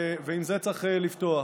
ועם זה צריך לפתוח.